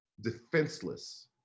defenseless